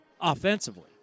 offensively